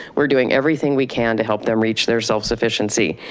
we're doing everything we can to help them reach their self sufficiency.